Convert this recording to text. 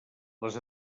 les